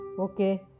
Okay